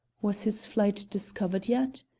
was his flight discovered yet?